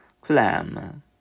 clam